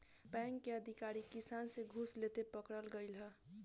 bank के अधिकारी किसान से घूस लेते पकड़ल गइल ह